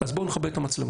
אז בואו נכבה את המצלמות.